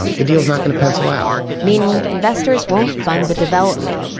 um the deal's not going to pencil out. meaning, investors won't fund the development.